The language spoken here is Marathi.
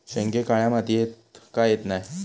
शेंगे काळ्या मातीयेत का येत नाय?